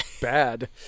bad